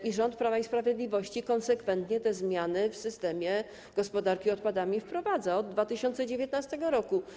I rząd Prawa i Sprawiedliwości konsekwentnie te zmiany w systemie gospodarki odpadami wprowadza od 2019 r.